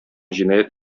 җинаять